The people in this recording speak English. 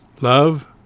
Love